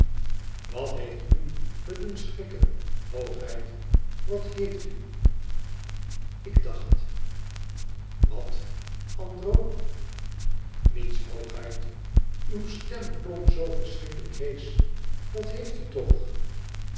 wat heeft u me doen schrikken hoogheid wat heeft u ik dacht wat andro niets hoogheid uw stem klonk zoo verschrikkelijk heesch wat heeft u toch